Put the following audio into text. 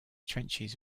trenches